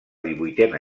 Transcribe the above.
divuitena